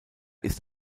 ist